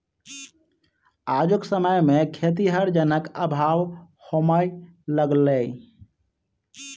आजुक समय मे खेतीहर जनक अभाव होमय लगलै